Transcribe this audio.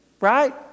right